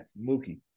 Mookie